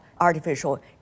artificial